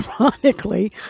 ironically